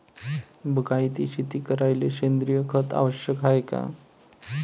बागायती शेती करायले सेंद्रिय खत आवश्यक हाये का?